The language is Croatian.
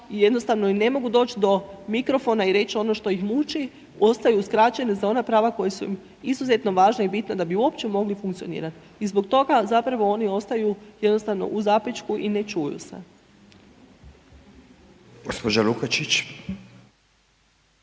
i jednostavno ne mogu doći do mikrofona i reći ono što ih muči, ostaju uskraćeni za ona prava koja su im izuzetno važna i bitna da bi uopće mogli funkcionirati. I zbog toga zapravo oni ostaju jednostavno u .../Govornik se